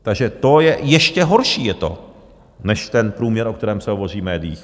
Takže to je ještě horší než ten průměr, o kterém se hovoří v médiích.